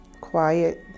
Quiet